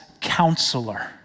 counselor